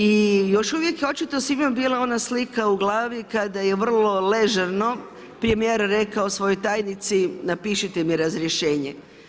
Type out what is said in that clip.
I još uvijek je očito svima bila ona slika u glavi kada je vrlo ležerno premijer rekao svojoj tajnici napišite mi razrješenje.